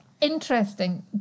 Interesting